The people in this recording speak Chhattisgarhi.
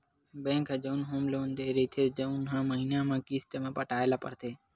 बेंक ह जउन होम लोन दे रहिथे तउन ल महिना म किस्त म पटाए ल परथे